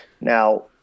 Now